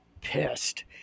pissed